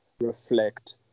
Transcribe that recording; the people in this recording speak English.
reflect